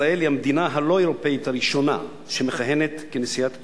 ישראל היא המדינה הלא-אירופית הראשונה שמכהנת כנשיאת התוכנית.